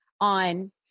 on